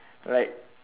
like